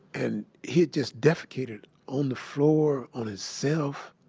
and he had just defecated on the floor, on his self,